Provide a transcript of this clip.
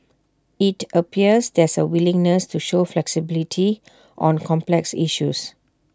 IT appears there's A willingness to show flexibility on complex issues